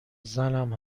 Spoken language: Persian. زنم